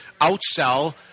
outsell